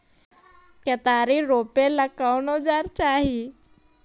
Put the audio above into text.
केतारी रोपेला कौन औजर चाही?